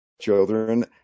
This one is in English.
children